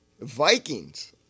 Vikings